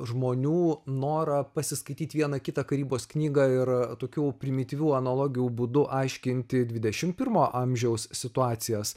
žmonių norą pasiskaityti vieną kitą karybos knygą ir tokių primityvių analogijų būdu aiškinti dvidešimt pirmo amžiaus situacijos